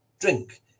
Drink